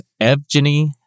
Evgeny